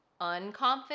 unconfident